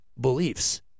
beliefs